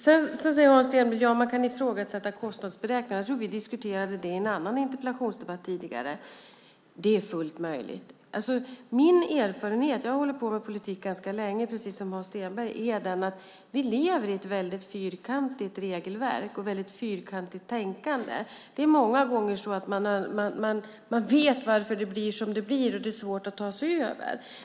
Hans Stenberg säger att man kan ifrågasätta kostnadsberäkningarna - jag tror att vi diskuterade det i en annan interpellationsdebatt tidigare - och det är fullt möjligt. Jag har hållit på med politik ganska länge, och min erfarenhet är den att vi lever i ett väldigt fyrkantigt regelverk och tänkande. Det är många gånger så att man vet varför det blir som det blir, och det är svårt att ta sig ur det.